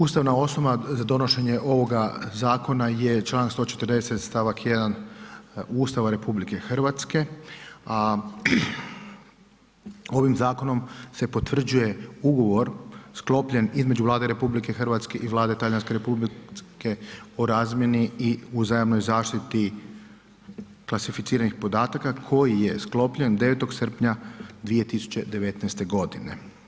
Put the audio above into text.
Ustavna osnova za donošenje ovoga zakona je članak 140. stavak 1. Ustava RH, a ovim zakonom se potvrđuje ugovor sklopljen između Vlade RH i Vlade Talijanske Republike o razmjeni i uzajamnoj zaštiti klasificiranih podataka koji je sklopljen 9. srpnja 2019. godine.